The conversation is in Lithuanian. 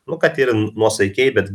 nu kad ir nuosaikiai bet